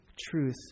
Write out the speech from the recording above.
truth